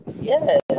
Yes